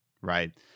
right